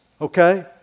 Okay